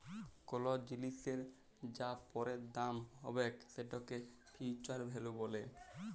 call জিলিসের যা পরের দাম হ্যবেক সেটকে ফিউচার ভ্যালু ব্যলে